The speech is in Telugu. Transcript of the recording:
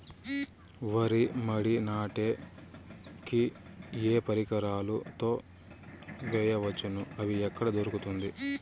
వరి మడి నాటే కి ఏ పరికరాలు తో వేయవచ్చును అవి ఎక్కడ దొరుకుతుంది?